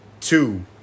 two